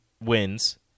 wins